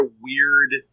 weird